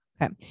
Okay